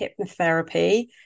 hypnotherapy